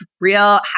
real